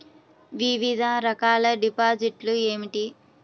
వివిధ రకాల డిపాజిట్లు ఏమిటీ?